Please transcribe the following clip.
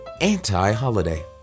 anti-holiday